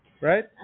Right